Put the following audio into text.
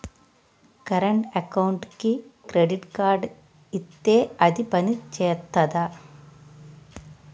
Current అకౌంట్కి credit card ఇత్తే అది పని చేత్తదా?